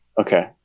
Okay